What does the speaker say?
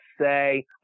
say